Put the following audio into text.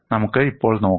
നമുക്ക് ഇപ്പോൾ നോക്കാം